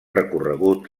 recorregut